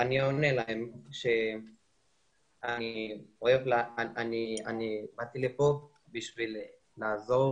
אני עונה להם שאני באתי לכאן כדי לעזור